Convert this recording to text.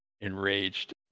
enraged